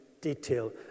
detail